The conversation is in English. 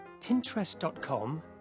pinterest.com